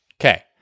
Okay